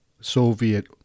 Soviet